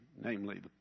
namely